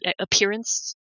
appearance